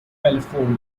california